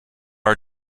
are